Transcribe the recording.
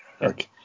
Okay